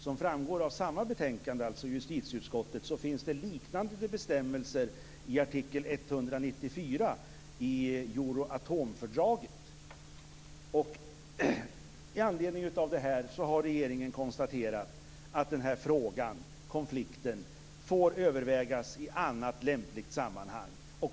Som framgår av justitieutskottets betänkande finns det liknande bestämmelser i artikel 194 i Euroatomfördraget. I anledning av det här har regeringen konstaterat att konflikten får övervägas i annat lämpligt sammanhang.